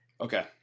Okay